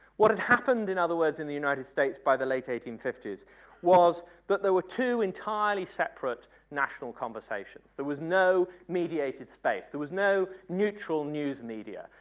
what and happened in other words in the united states by the late eighteen fifty s was that but there were two entirely separate national conversations. there was no mediated space. there was no neutral news media.